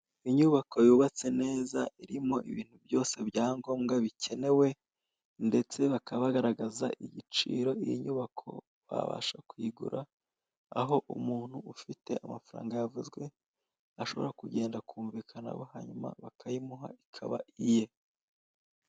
Inyubako yubatse neza, irimo ibintu byose bya ngombwa bikenewe, ndetse bakaba bagaragaza igiciro iyi nyubako wabasha kuyigura, aho umuntu ufite amafaranga yavuzwe ashobora kugenda akumvikana na bo, hanyuma bakayimuha ikaba iye.